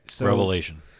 Revelation